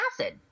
acid